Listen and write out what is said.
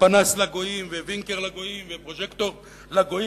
ופנס לגויים ווינקר לגויים ופרוז'קטור לגויים,